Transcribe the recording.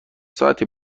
ساعتی